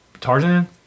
Tarzan